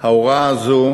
ההוראה הזאת